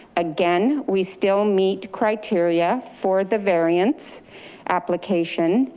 again, we still meet criteria for the variance application,